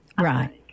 Right